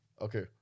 Okay